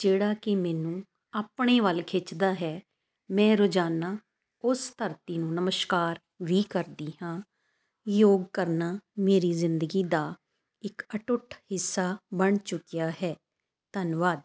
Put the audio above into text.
ਜਿਹੜਾ ਕਿ ਮੈਨੂੰ ਆਪਣੇ ਵੱਲ ਖਿੱਚਦਾ ਹੈ ਮੈਂ ਰੋਜ਼ਾਨਾ ਉਸ ਧਰਤੀ ਨੂੰ ਨਮਸਕਾਰ ਵੀ ਕਰਦੀ ਹਾਂ ਯੋਗ ਕਰਨਾ ਮੇਰੀ ਜ਼ਿੰਦਗੀ ਦਾ ਇੱਕ ਅਟੁੱਟ ਹਿੱਸਾ ਬਣ ਚੁੱਕਿਆ ਹੈ ਧੰਨਵਾਦ